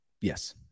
Yes